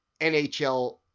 NHL